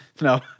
No